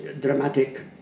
dramatic